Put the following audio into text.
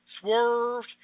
Swerved